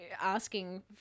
asking